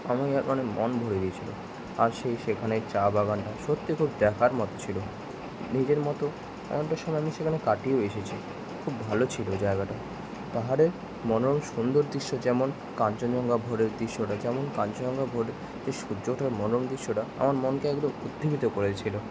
আমি আর মানে মন ভরে গিয়েছিলো আর সেই সেখানের চা বাগানটা সত্যি খুব দেখার মতো ছিলো নিজের মতো আমাদের সময় আমি সেখানে কাটিয়ে এসেছি খুব ভালো ছিলো জায়গাটা পাহাড়ে মনোরম সুন্দর দৃশ্য যেমন কাঞ্চনজঙ্ঘা ভোরের দিশ্যটা যেমন কাঞ্চনজঙ্ঘার ভোরের যে সূর্যটা মনোরম দিশ্যটা আমার মনকে একদম উদ্দীপিত করেছিলো